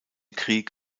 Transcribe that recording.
krieg